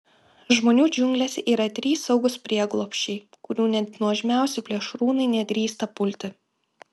žmonių džiunglėse yra trys saugūs prieglobsčiai kurių net nuožmiausi plėšrūnai nedrįsta pulti